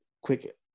quick